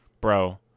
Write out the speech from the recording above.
bro